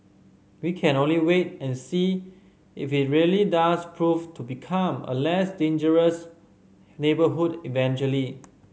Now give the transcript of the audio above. we can only wait and see if it really does prove to become a less dangerous neighbourhood eventually